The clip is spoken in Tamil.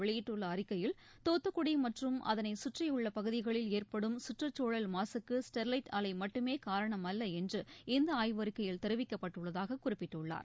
வெளியிட்டுள்ளஅறிக்கையில் இக்கொடர்பாக இன்றுஅவர் தூத்துக்குடிமற்றும் அதனைகற்றியுள்ளபகுதிகளில் ஏற்படும் கற்றுச்சூழல் மாசுக்கு ஸ்டெர்வைட் ஆலைட்டுமேகாரணமல்லஎன்று இந்தஆய்வறிக்கையில் தெரிவிக்கப்பட்டுள்ளதாககுறிப்பிட்டுள்ளார்